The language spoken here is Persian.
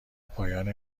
پایان